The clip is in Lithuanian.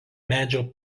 medžio